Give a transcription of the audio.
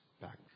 back